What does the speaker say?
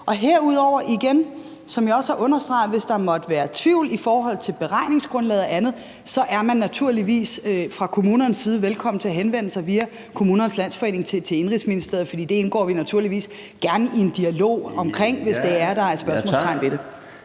vil jeg sige igen, som jeg også har understreget, at hvis der måtte være tvivl i forhold til beregningsgrundlaget eller andet, så er man naturligvis fra kommunernes side velkommen til at henvende sig via Kommunernes Landsforening til Indenrigsministeriet, for det indgår vi naturligvis gerne i en dialog om, hvis der er spørgsmål til det.